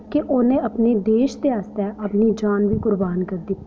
कि उ'नें अपने देश दे आस्तै अपनी जान बी कुर्बान करी दित्ती